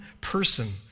person